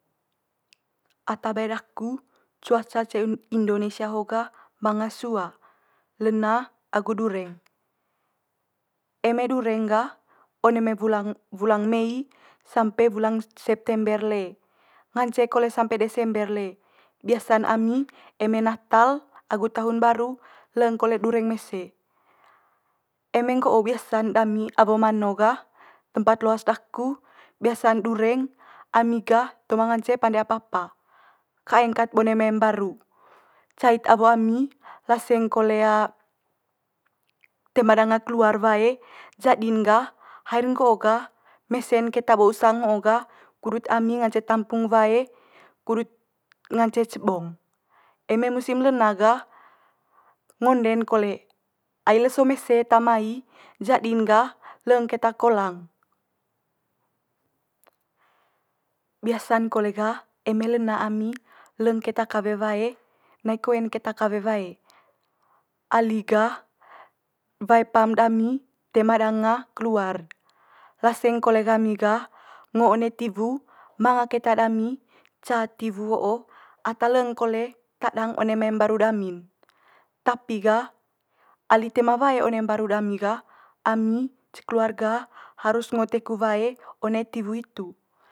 ata bae daku cuaca ce indonesia ho gah manga sua lena agu dureng. Eme dureng gah one mai wulang wulang mei sampe wulang sep- september le ngance kole sampe desember le. Biasa'n ami eme natal agu tahun baru leng kole dureng mese. Eme nggo'o biasa'n dami awo mano gah tempat loas daku biasa'n dureng ami gah toe ma ngance pande apa apa, kaeng kat bone mai mbaru, cait awo ami laseng kole toe ma danga keluar wae. Jadi'n gah haer nggo gah mesen keta bo usang ho'o gah kudut ami nganceng tampung wae kudut ngance cebong. Eme musim lena gah ngonde'n kole, ai leso mese eta mai jadi'n gah leng keta kolang. Biasa'n kole gah eme lena ami leng keta kawe wae nai koe'n keta kawe wae, ali gah wae pam dami toe ma danga keluar. Laseng kole gami gah ngo one tiwu manga keta dami ca tiwu ho'o ata leng kole tadang one mai mbaru dami'n. Tapi gah ali toe manga wae one mbaru dami gah ami ca keluarga harus ngo teku wae one tiwu hitu.